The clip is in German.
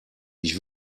ich